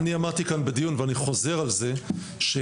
אמרתי כאן בדיון ואני חוזר על זה שראשי